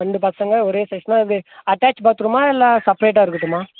ரெண்டு பசங்க ஒரே சைஸ்னாக எப்படி அட்டாச்ட் பாத்ரூமாக இல்லை செப்ரேட்டாக இருக்கட்டுமா